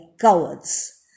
cowards